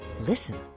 Listen